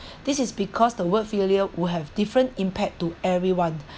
this is because the word failure will have different impact to everyone